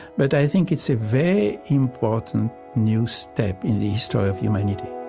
but i think it's a very important new step in the history of humanity